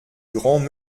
grands